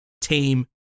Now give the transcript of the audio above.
team